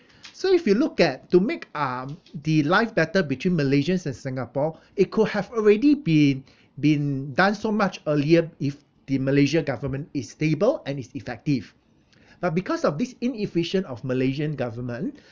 so if you look at to make um the life better between malaysians and singapore it could have already be been done so much earlier if the malaysian government is stable and is effective but because of this inefficient of malaysian government